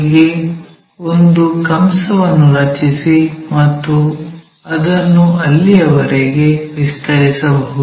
ಗೆ ಒಂದು ಕಂಸವನ್ನು ರಚಿಸಿ ಮತ್ತು ಅದನ್ನು ಅಲ್ಲಿಯವರೆಗೆ ವಿಸ್ತರಿಸಬಹುದು